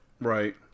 Right